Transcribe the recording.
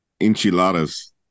enchiladas